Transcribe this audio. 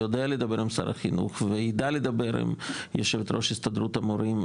ויודע לדבר שר החינוך ויידע לדבר עם יו"ר הסתדרות המורים,